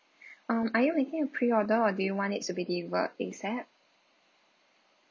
um are you making a preorder or do you want it to be deliver asap